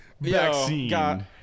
vaccine